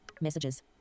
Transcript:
messages